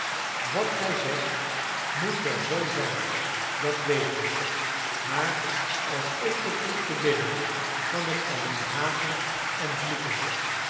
wat gij zegt moet wel zoo zijn dat weet ik maar als ik beproef te bidden kan ik alleen haten en vloeken